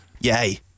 Yay